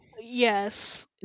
Yes